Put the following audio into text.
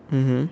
mmhmm